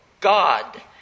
God